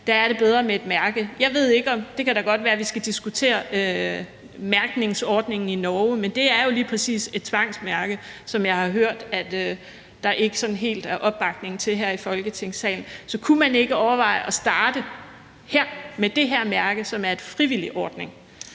Der er det bedre med et mærke. Jeg ved det ikke, det kan da godt være, at vi skal diskutere mærkningsordningen i Norge, men det er jo lige præcis et tvangsmærke, som jeg har hørt at der ikke sådan helt er opbakning til her i Folketingssalen. Så kunne man ikke overveje at starte med det her mærke, som er en frivillig ordning?